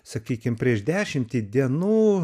sakykime prieš dešimtį dienų